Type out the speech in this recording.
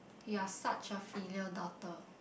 you're such a filial daughter